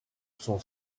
son